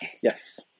Yes